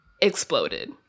exploded